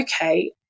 okay